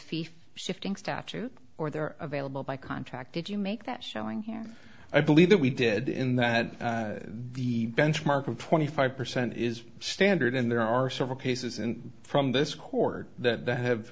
for shifting statute or they're available by contract did you make that showing here i believe that we did in that the benchmark of twenty five percent is standard and there are several cases and from this court that ha